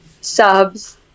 subs